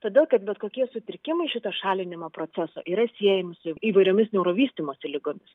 todėl kad bet kokie sutrikimai šito šalinimo proceso yra siejami su įvairiomis neurovystymosi ligomis